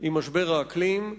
עם משבר האקלים,